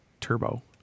turbo